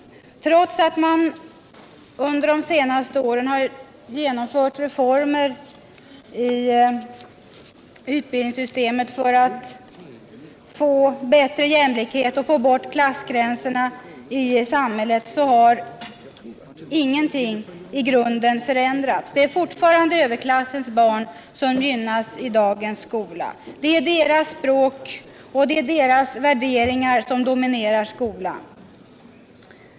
Trots att man under de senaste åren genomfört reformer i utbildningssystemet för att skapa större jämlikhet och få bort klassgränserna i samhället har ingenting i grunden förändrats. Det är fortfarande överklassens barn som gynnas i skolan. Det är deras språk och deras värderingar som dominerar skolan.